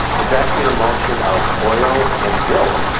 it's actually an emulsion of oil and milk,